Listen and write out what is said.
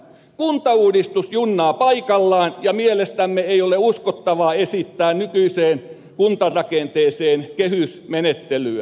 kuntauudistus junnaa paikallaan ja mielestämme ei ole uskottavaa esittää nykyiseen kuntarakenteeseen kehysmenettelyä